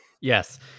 Yes